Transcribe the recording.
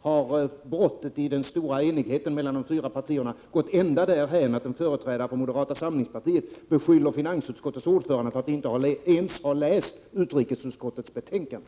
har brottet i den stora enigheten mellan de fyra partierna gått ända därhän att en företrädare för moderata samlingspartiet beskyller finansutskottets ordförande för att inte ens ha läst utrikesutskottets 63 betänkande!